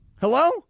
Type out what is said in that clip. Hello